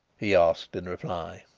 he asked in reply.